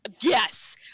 yes